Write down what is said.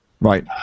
right